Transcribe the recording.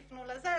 תפנו לזה",